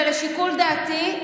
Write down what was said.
לשיקול דעתי,